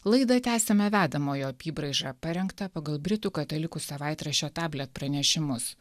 laidą tęsiame vedamojo apybraiža parengtą pagal britų katalikų savaitraščio tablet pranešimus